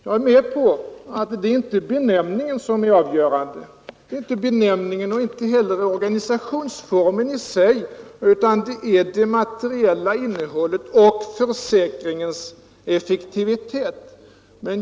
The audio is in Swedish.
Jag är medveten om att det inte är benämningen som är det avgörande och inte heller organisationsformen i sig, utan det är det materiella innehållet och försäkringens effektivitet.